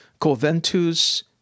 coventus